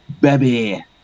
Baby